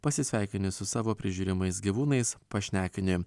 pasisveikini su savo prižiūrimais gyvūnais pašnekini